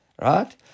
Right